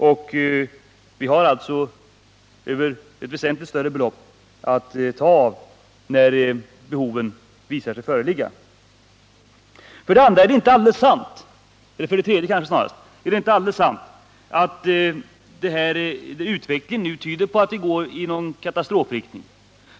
Det finns alltså ett väsentligt större belopp att ta av när behoven visar sig föreligga. För det tredje: Det är inte sant att utvecklingen nu går i en katastrofal riktning.